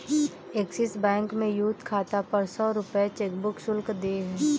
axis bank में youth खाता पर सौ रूपये चेकबुक शुल्क देय है